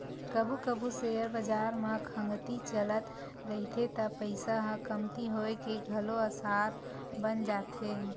कभू कभू सेयर बजार म खंगती चलत रहिथे त पइसा ह कमती होए के घलो असार बन जाथे